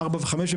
ארבע או חמש שנים,